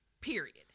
Period